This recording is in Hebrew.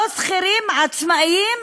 לא שכירים, עצמאים,